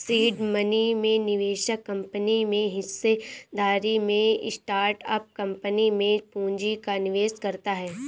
seed money में निवेशक company में हिस्सेदारी में स्टार्टअप कंपनी में पूंजी का निवेश करता है